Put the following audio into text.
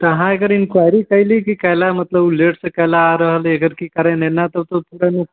तऽ अहाँ एकर इंक्वायरी कयली कि कयले लऽ मतलब लेट सऽ काहे लय आ रहलै एकर की कारण हय ना तऽ पूरामे